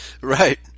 Right